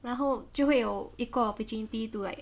然后就会有 equal opportunity to like